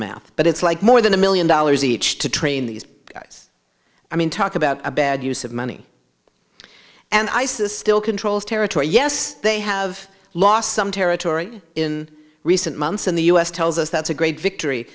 math but it's like more than a million dollars each to train these guys i mean talk about a bad use of money and ice is still controls territory yes they have lost some territory in recent months in the us tells us that's a great victory